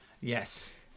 Yes